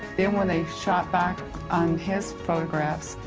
then when they shot back on his photographs,